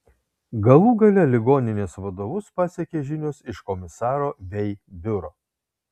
galų gale ligoninės vadovus pasiekė žinios iš komisaro vei biuro